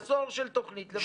עשור של תוכנית לבצע.